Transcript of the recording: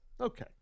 Okay